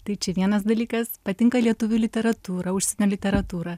tai čia vienas dalykas patinka lietuvių literatūra užsienio literatūra